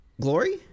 Glory